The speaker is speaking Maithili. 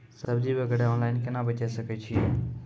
सब्जी वगैरह ऑनलाइन केना बेचे सकय छियै?